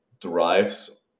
drives